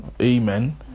amen